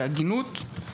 בהגינות,